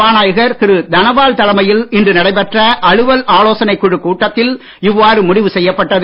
சபாநாயகர் திரு தனபால் தலைமையில் இன்று நடைபெற்ற அலுவல் ஆலோசனைக் குழுக் கூட்டத்தில் இவ்வாறு முடிவு செய்யப்பட்டது